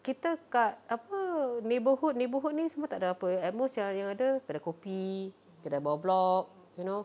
kita kat apa neighbourhood neighbourhood ini semua tak ada ya at most ya~ yang ada kedai kopi kedai bawah blok you know